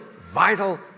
vital